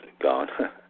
gone